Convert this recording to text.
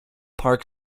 park